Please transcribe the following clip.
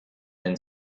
then